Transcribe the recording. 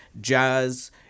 jazz